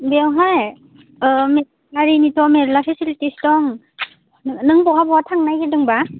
बेवहाय मिसनारिनिथ' मेरला फेसिलिथिस दं नों बहा बहा थांनो नागिरदों बा